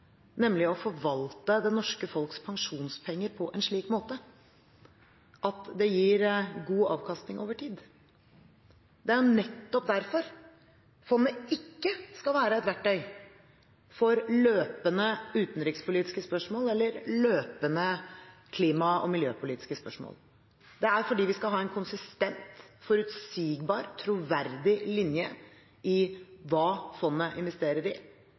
nemlig å forvalte det norske folks pensjonspenger på en slik måte at det gir god avkastning over tid. Det er nettopp derfor fondet ikke skal være et verktøy for løpende utenrikspolitiske spørsmål eller løpende klima- og miljøpolitiske spørsmål. Det er fordi vi skal ha en konsistent, forutsigbar og troverdig linje i hva fondet investerer i.